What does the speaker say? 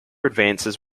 advances